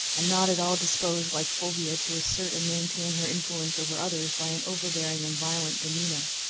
and not at all disposed, like fulvia, to assert and maintain her influence over others by an overbearing and violent demeanor.